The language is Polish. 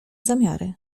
zamiary